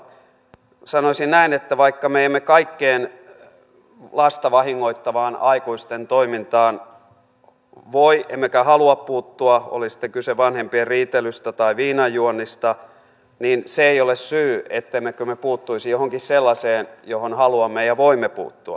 mutta sanoisin näin että vaikka me emme kaikkeen lasta vahingoittavaan aikuisten toimintaan voi emmekä halua puuttua oli sitten kyse vanhempien riitelystä tai viinan juonnista niin se ei ole syy ettemmekö me puuttuisi johonkin sellaiseen johon haluamme ja voimme puuttua